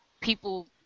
people